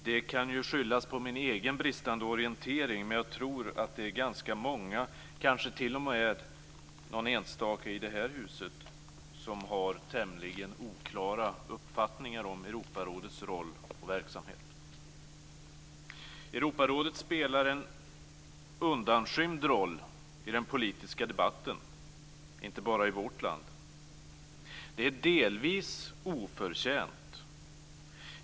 Det kan skyllas på min egen bristande orientering, men jag tror att det är ganska många - kanske t.o.m. någon enstaka i detta hus - som har tämligen oklara uppfattningar om Europarådets roll och verksamhet. Europarådet spelar en undanskymd roll i den politiska debatten, inte bara i vårt land. Det är delvis oförtjänt.